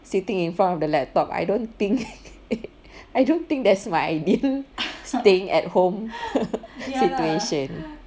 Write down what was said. sitting in front of the laptop I don't think I don't think that's my ideal staying at home situation